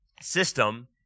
system